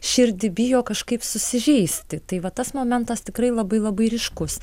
širdį bijo kažkaip susižeisti tai va tas momentas tikrai labai labai ryškus